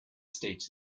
states